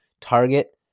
target